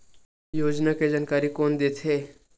योजना के जानकारी कोन दे थे?